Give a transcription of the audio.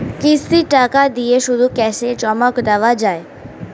কিস্তির টাকা দিয়ে শুধু ক্যাসে জমা দেওয়া যায়?